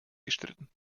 gestritten